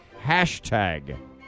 hashtag